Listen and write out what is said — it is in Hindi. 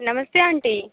नमस्ते आंटी